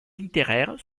littéraires